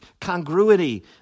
congruity